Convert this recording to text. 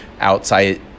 outside